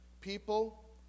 people